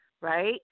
right